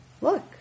look